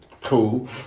cool